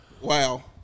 Wow